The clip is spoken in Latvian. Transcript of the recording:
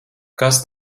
kas